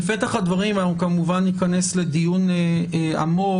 בפתח הדברים אנחנו כמובן ניכנס לדיון עמוק,